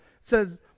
says